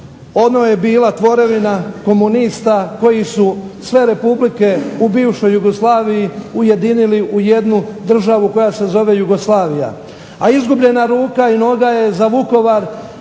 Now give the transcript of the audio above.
ono je bila tvorevina komunista koje su sve republike u bivšoj Jugoslaviji ujedinili u jednu državu koja se zove Jugoslavija. A izgubljena ruka i noga je za Vukovar